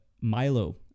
Milo